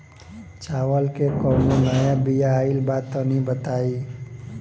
चावल के कउनो नया बिया आइल बा तनि बताइ?